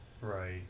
Right